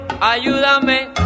Ayúdame